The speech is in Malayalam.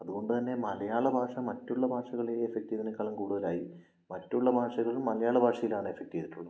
അതുകൊണ്ടുതന്നെ മലയാള ഭാഷ മറ്റുള്ള ഭാഷകളെ എഫക്ട് ചെയ്യുന്നതിനേക്കാളും കൂടുതലായി മറ്റുള്ള ഭാഷകള് മലയാള ഭാഷയെയാണ് എഫക്ട് ചെയ്തിട്ടുള്ളത്